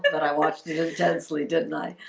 but i watched it intensely didn't i? ah,